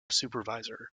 supervisor